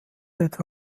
etwa